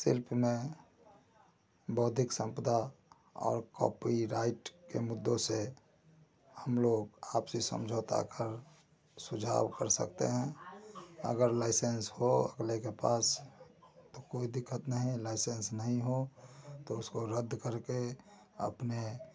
सिर्फ मैं बौद्धिक संपदा कॉपीराइट के मुद्दों से हम लोग आपसी समझौता कर सुझाव कर सकते हैं अगर लाइसेंस हो अगले के पास तो कोई दिक्कत नहीं लाइसेंस नहीं हो तो उसको रद्द करके अपने